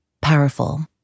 Powerful